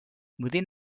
within